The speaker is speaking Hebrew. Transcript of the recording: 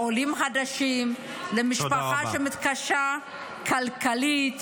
לעולים חדשים, למשפחה שמתקשה כלכלית